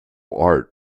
art